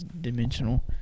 dimensional